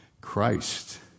Christ